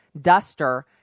duster